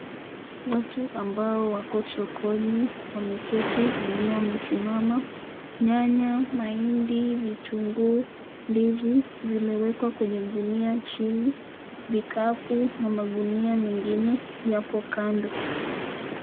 Watu ambao wako sokoni wameketi wengine wamesimama, nyanya, mahindi, vitunguu, ndizi, zimewekwa kwenye gunia chini, vikapu na magunia mengine yapo kando.